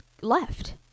left